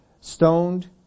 stoned